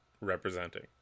representing